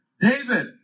David